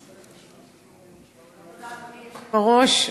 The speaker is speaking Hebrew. אדוני היושב-ראש,